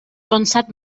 pensat